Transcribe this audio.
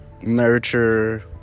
nurture